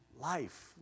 Life